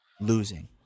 losing